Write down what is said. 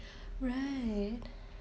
right